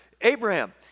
Abraham